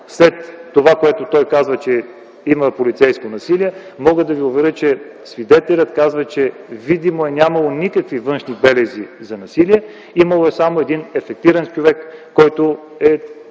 след това, което той казва, че има полицейско насилие – мога да Ви уверя, че свидетелят казва, че видимо е нямало никакви външни белези за насилие. Имало е само един афектиран човек, който се